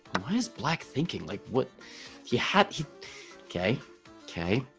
why is black thinking like what he had he okay okay